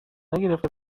نگرفته